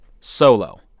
Solo